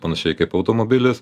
panašiai kaip automobilis